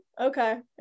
Okay